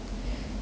can already